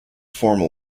formal